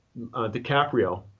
DiCaprio